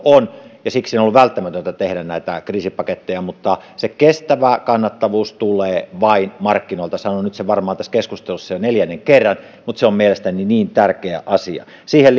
on ja siksi on ollut välttämätöntä tehdä näitä kriisipaketteja mutta se kestävä kannattavuus tulee vain markkinoilta sanon sen nyt tässä keskustelussa varmaan jo neljännen kerran mutta se on mielestäni niin tärkeä asia siihen